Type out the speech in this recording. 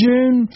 June